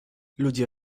ludzie